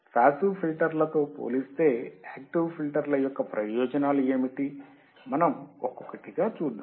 passive ఫిల్టర్ర్లతో పోలిస్తే active ఫిల్టర్ల యొక్క ప్రయోజనాలు ఏమిటి మనం ఒక్కొక్కటిగా చూద్దాం